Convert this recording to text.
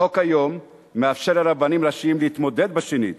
החוק היום מאפשר לרבנים ראשיים להתמודד שנית